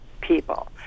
people